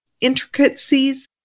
intricacies